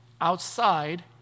outside